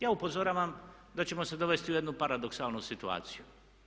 Ja upozoravam da ćemo se dovesti u jednu paradoksalnu situaciju.